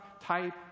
type